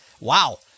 wow